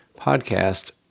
podcast